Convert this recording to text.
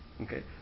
okay